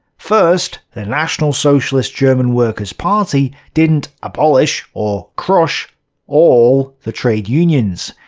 first, the national socialist german workers' party didn't abolish or crush all the trade unions.